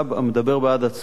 המדבר בעד עצמו.